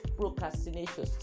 procrastination